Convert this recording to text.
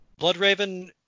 Bloodraven